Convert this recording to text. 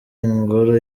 ingoro